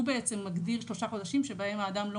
הוא בעצם מגדיר שלושה חודשים שבהם האדם לא